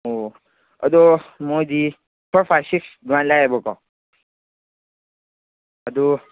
ꯑꯣ ꯑꯗꯣ ꯃꯣꯏꯗꯤ ꯐꯣꯔ ꯐꯥꯏꯚ ꯁꯤꯛꯁ ꯑꯗꯨꯃꯥꯏ ꯂꯥꯛꯑꯦꯕꯀꯣ ꯑꯗꯨ